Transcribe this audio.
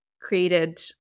created